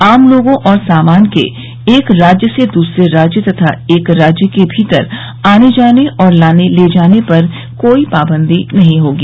आम लोगों और सामान के एक राज्य से दूसरे राज्य तथा एक राज्य के भीतर आने जाने और लाने ले जाने पर कोई पाबंदी नहीं होगी